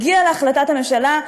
היא הגיעה להחלטת הממשלה,